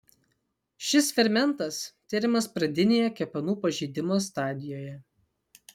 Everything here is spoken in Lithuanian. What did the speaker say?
šis fermentas tiriamas pradinėje kepenų pažeidimo stadijoje